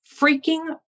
freaking